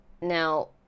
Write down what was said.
Now